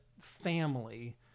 family